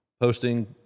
posting